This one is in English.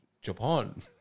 Japan